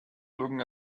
looking